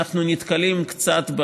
אנחנו נתקלים קצת,